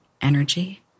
energy